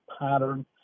pattern